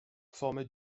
formé